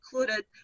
included